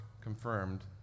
confirmed